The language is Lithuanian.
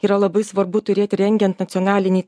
yra labai svarbu turėti rengiant nacionalinį